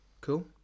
cool